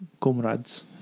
comrades